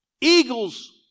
eagles